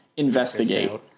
investigate